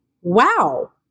wow